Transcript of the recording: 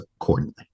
accordingly